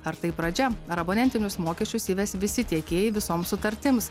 ar tai pradžia ar abonentinius mokesčius įves visi tiekėjai visoms sutartims